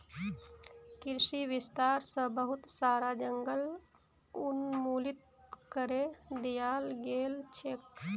कृषि विस्तार स बहुत सारा जंगल उन्मूलित करे दयाल गेल छेक